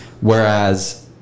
Whereas